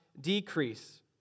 decrease